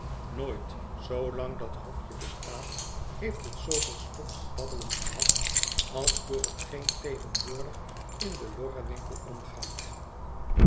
nooit zoolang dat hofje bestaat heeft het zooveel stof tot babbelen gehad als door hetgeen tegenwoordig in den lorrenwinkel omgaat